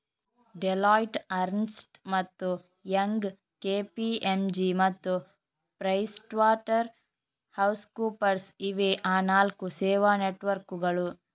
Deloitte, Ernst ಮತ್ತು Young, KPMG ಮತ್ತು PricewaterhouseCoopers ಇವೇ ಆ ನಾಲ್ಕು ಸೇವಾ ನೆಟ್ವರ್ಕ್ಕುಗಳು